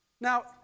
Now